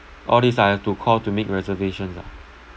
all these I have to call to make reservations ah